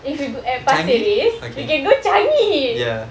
if you g~ at pasir ris you can go changi